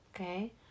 Okay